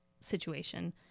situation